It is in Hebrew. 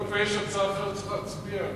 היות שיש הצעה אחרת, צריך להצביע עליה.